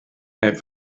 neb